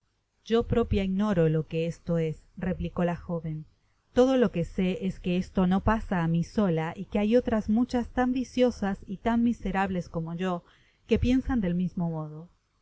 yo propia ignoro lo que esto es replicó la joventodo lo que sé es que esto no pasa á mi sola y que hay otras muchas tan viciosas y tan miserables como yo que piensan del mismo modo